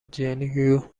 gen